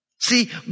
See